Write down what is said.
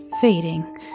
fading